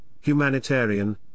humanitarian